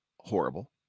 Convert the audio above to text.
horrible